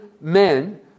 men